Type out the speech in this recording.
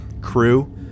crew